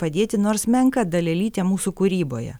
padėti nors menka dalelyte mūsų kūryboje